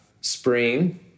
spring